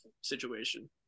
situation